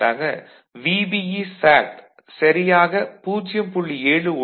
எடுத்துக் காட்டாக VBE சரியாக 0